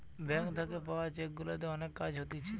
bank থাকে পাওয়া cheque গুলাতে অনেক কাজ হতিছে